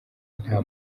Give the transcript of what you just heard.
nta